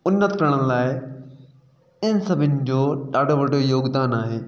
उन्नत करण लाइ हिन सभिनी जो ॾाढो वॾो योगदानु आहे